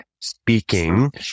speaking